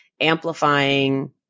amplifying